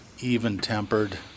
even-tempered